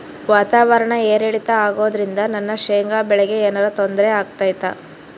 ವಾತಾವರಣ ಏರಿಳಿತ ಅಗೋದ್ರಿಂದ ನನ್ನ ಶೇಂಗಾ ಬೆಳೆಗೆ ಏನರ ತೊಂದ್ರೆ ಆಗ್ತೈತಾ?